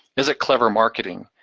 is it clever marketing?